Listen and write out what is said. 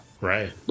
Right